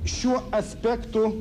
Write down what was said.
šiuo aspektu